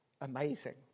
amazing